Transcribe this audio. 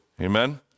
Amen